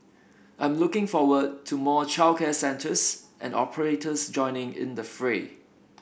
I'm looking forward to more childcare centres and operators joining in the fray